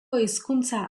hizkuntza